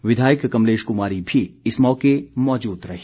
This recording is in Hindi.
विधायक कमलेश कुमारी भी इस मौके भी मौजूद रही